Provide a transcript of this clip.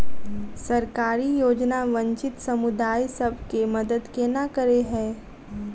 सरकारी योजना वंचित समुदाय सब केँ मदद केना करे है?